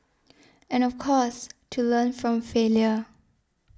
and of course to learn from failure